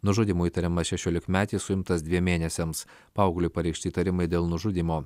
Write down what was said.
nužudymu įtariamas šešiolikmetis suimtas dviem mėnesiams paaugliui pareikšti įtarimai dėl nužudymo